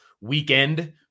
weekend